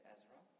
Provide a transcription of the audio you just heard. Ezra